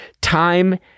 time